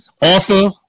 author